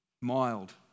mild